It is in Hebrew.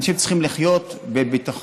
אנשים צריכים לחיות בביטחון,